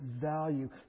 value